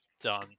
done